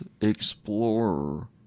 explorer